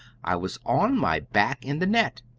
i was on my back in the net.